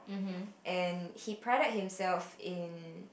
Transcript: and he prided himself in